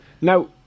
Now